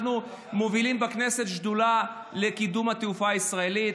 אנחנו מובילים בכנסת שדולה לקידום התעופה הישראלית.